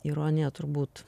ironija turbūt